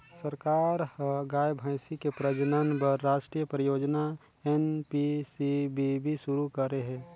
सरकार ह गाय, भइसी के प्रजनन बर रास्टीय परियोजना एन.पी.सी.बी.बी सुरू करे हे